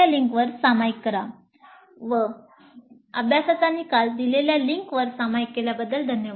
com वर सामायिक केल्याबद्दल धन्यवाद